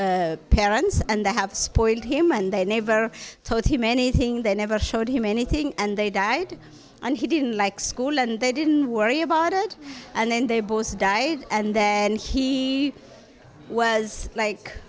rich parents and the have spoiled him and they never taught him anything they never showed him anything and they died and he didn't like school and they didn't worry about it and then they both died and then he was like